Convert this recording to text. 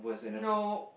no